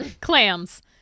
clams